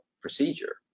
procedure